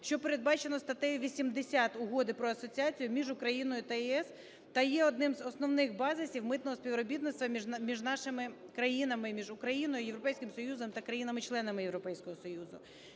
що передбачено статтею 80 Угоди про асоціацію між Україною та ЄС, та є одним з основних базисів митного співробітництва між нашими країнами, між Україною, Європейським Союзом та країнами-членами Європейського Союзу.